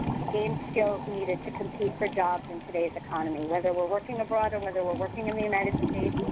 to gain skills needed to compete for jobs in today's economy whether we're working abroad or whether we're working in the united states.